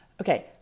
Okay